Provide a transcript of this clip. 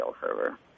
server